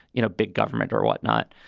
you know, big government or whatnot.